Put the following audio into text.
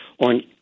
on